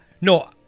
No